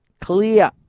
clear